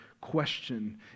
question